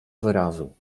wyrazu